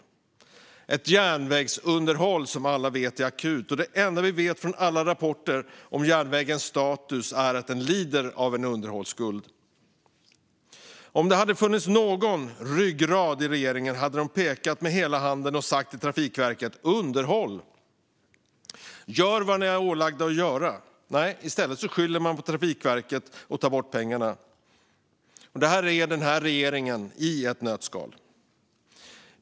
Det handlar om ett järnvägsunderhåll som alla vet är akut. Det enda vi vet från alla rapporter om järnvägens status är att järnvägen lider av en underhållsskuld. Om det hade funnits någon ryggrad i regeringen hade de pekat med hela handen och sagt till Trafikverket: Underhåll! Gör vad ni är ålagda att göra! I stället skyller man på Trafikverket och tar bort pengarna. Det är denna regering i ett nötskal.